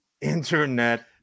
internet